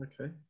okay